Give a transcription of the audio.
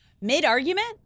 Mid-argument